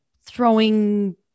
throwing